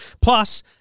Plus